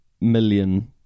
million